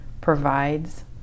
provides